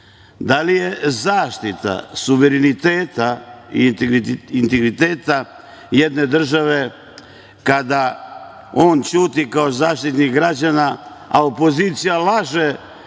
Da li je zaštita suvereniteta i integriteta jedne države kada on ćuti kao Zaštitnik građana, a opozicija laže